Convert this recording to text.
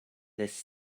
this